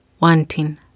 Wanting